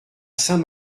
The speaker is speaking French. saint